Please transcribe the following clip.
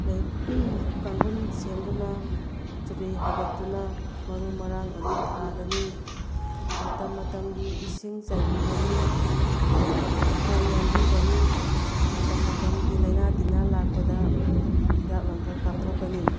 ꯀꯥꯡꯈꯨꯟ ꯁꯦꯝꯗꯨꯅ ꯆꯨꯔꯤ ꯍꯥꯏꯒꯠꯇꯨꯅ ꯃꯔꯨ ꯃꯔꯥꯡ ꯑꯗꯨ ꯊꯥꯒꯅꯤ ꯃꯇꯝ ꯃꯇꯝꯒꯤ ꯏꯁꯤꯡ ꯆꯥꯏꯕꯤꯒꯅꯤ ꯃꯈꯣꯡ ꯌꯥꯟꯕꯤꯒꯅꯤ ꯃꯇꯝ ꯃꯇꯝꯒꯤ ꯂꯥꯏꯅꯥ ꯇꯤꯟꯅꯥ ꯂꯥꯛꯄꯗ ꯍꯤꯗꯥꯛ ꯂꯥꯡꯊꯛ ꯀꯥꯞꯊꯣꯛꯀꯅꯤ